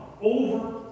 over